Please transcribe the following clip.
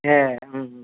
ए